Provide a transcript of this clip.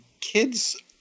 kids